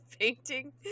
painting